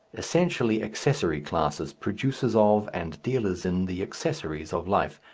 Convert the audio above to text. essentially accessory classes, producers of, and dealers in, the accessories of life,